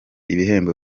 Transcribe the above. ibihembo